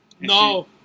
No